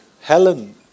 Helen